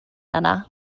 yna